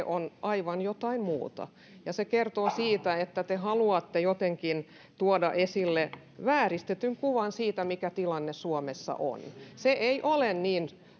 on aivan jotain muuta ja se kertoo siitä että te haluatte jotenkin tuoda esille vääristetyn kuvan siitä mikä tilanne suomessa on se ei ole niin